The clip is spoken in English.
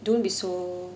don't be so